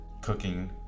cooking